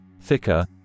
thicker